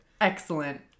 Excellent